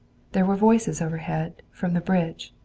there were voices overhead, from the bridge.